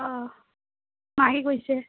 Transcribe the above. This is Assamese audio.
অঁ মায়ে কি কৰিছে